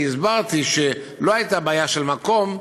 כי הסברתי שלא הייתה בעיה של מקום,